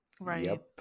Right